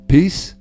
Peace